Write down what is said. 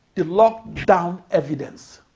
the lockdown evidence